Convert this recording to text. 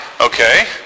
Okay